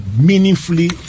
meaningfully